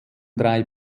drei